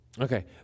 Okay